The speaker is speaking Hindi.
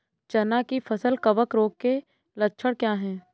चना की फसल कवक रोग के लक्षण क्या है?